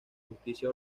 justicia